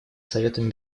советом